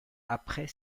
après